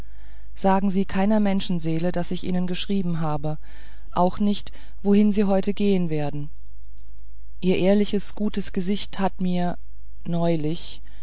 sagen sie keiner menschenseele daß ich ihnen geschrieben habe auch nicht wohin sie heute gehen werden ihr ehrliches gutes gesicht hat mir neulich